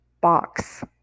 box